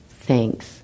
thanks